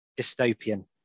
dystopian